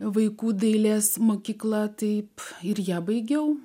vaikų dailės mokykla taip ir ją baigiau